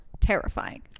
terrifying